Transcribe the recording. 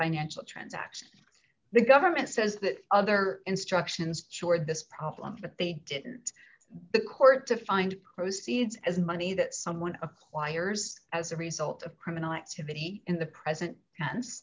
financial transaction the government says that other instructions toward this problem that they didn't the court to find proceeds as money that someone acquires as a result of criminal activity in the present tense